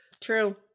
true